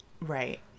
right